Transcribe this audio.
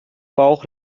bauch